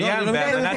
לא, אני לא מתעלם ממך.